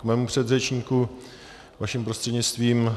K svému předřečníku vaším prostřednictvím.